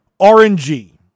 RNG